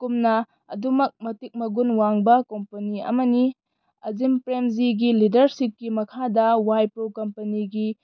ꯀꯨꯝꯅ ꯑꯗꯨꯃꯛ ꯃꯇꯤꯛ ꯃꯒꯨꯟ ꯋꯥꯡꯕ ꯀꯣꯝꯄꯅꯤ ꯑꯃꯅꯤ ꯑꯖꯤꯝ ꯄ꯭ꯔꯦꯝꯖꯤꯒꯤ ꯂꯤꯗꯔꯁꯤꯞꯀꯤ ꯃꯈꯥꯗ ꯋꯥꯏꯄ꯭ꯔꯣ ꯀꯝꯄꯅꯤꯒꯤ